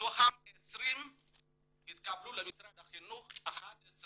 מתוכם 20 התקבלו למשרד החינוך, 11